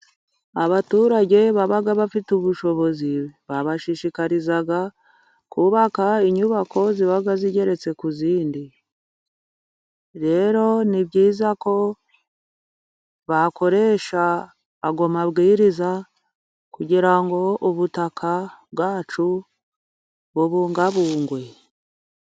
Abaturage baba bafite ubushobozi, babashishikariza kubaka inyubako ziba zigeretse ku zindi, rero ni byiza ko bakoresha ayo mabwiriza kugira ngo ubutaka bwacu bubungabungwe.